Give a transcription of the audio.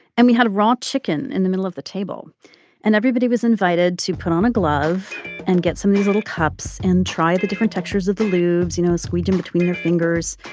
and we had a raw chicken in the middle of the table and everybody was invited to put on a glove and get some these little cups and try the different textures of the lubes, you know, squeezed in between your fingers,